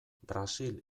brasil